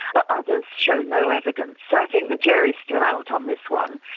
but others show no evidence. so i think the jury's still out on this one.